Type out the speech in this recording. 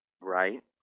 right